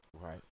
Right